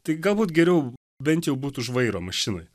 tai galbūt geriau bent jau būt už vairo mašinoj